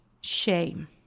shame